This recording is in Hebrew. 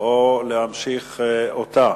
או להמשיך אותה,